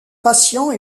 patient